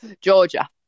Georgia